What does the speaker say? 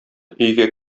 өйгә